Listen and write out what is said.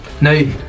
No